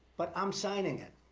but i'm signing it.